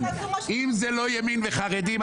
אם זה לא ימין וחרדים,